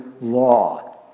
law